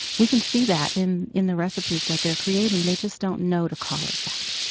we can see that in in the recipes that they're creating. they just don't know to call it that